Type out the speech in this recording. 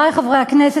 חברי חברי הכנסת,